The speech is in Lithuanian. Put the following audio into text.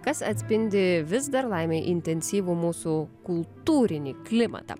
kas atspindi vis dar laimei intensyvų mūsų kultūrinį klimatą